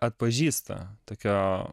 atpažįsta tokio